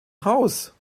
haus